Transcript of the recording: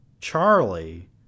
Charlie